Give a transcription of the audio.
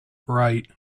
right